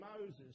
Moses